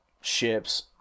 ships